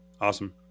Awesome